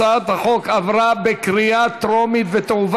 הצעת החוק עברה בקריאה טרומית ותועבר